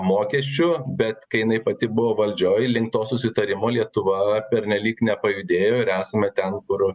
mokesčių bet kai jinai pati buvo valdžioj link to susitarimo lietuva pernelyg nepajudėjo ir esame ten kur